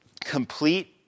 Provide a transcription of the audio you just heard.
complete